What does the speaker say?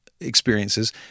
experiences